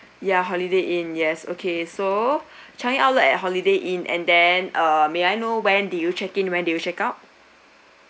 ya holiday inn yes okay so changi outlet at holiday inn and then uh may I know when do you check in when do you check out